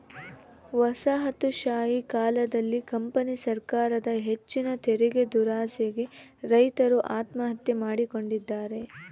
ವಸಾಹತುಶಾಹಿ ಕಾಲದಲ್ಲಿ ಕಂಪನಿ ಸರಕಾರದ ಹೆಚ್ಚಿನ ತೆರಿಗೆದುರಾಸೆಗೆ ರೈತರು ಆತ್ಮಹತ್ಯೆ ಮಾಡಿಕೊಂಡಿದ್ದಾರೆ